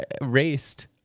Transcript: raced